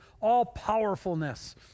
all-powerfulness